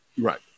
right